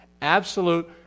absolute